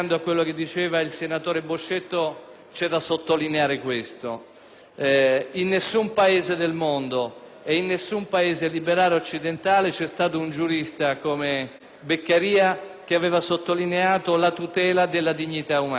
in nessun Paese del mondo e in nessun Paese liberale occidentale c'è stato un giurista come Beccaria, che aveva sottolineato la tutela della dignità umana. Nel 1789 negli Stati Uniti d'America,